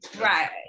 Right